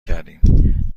کردیم